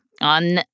on